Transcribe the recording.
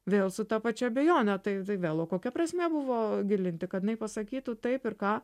vėl su ta pačia abejone tai tai vėl o kokia prasmė buvo gilinti kad jinai pasakytų taip ir ką